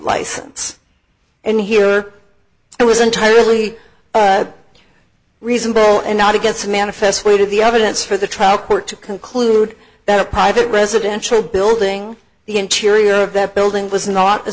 license and here it was entirely reasonable and not against manifestly to the evidence for the trial court to conclude that a private residential building the interior of that building was not the